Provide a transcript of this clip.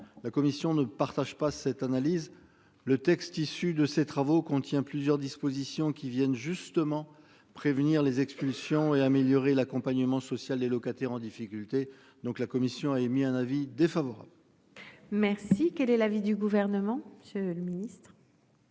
La commission ne partage pas cette analyse. Le texte issu de ces travaux contient plusieurs dispositions qui viennent justement prévenir les expulsions et améliorer l'accompagnement social. Les locataires en difficulté donc la commission a émis un avis défavorable. Merci. Quel est l'avis du gouvernement, je le ministre.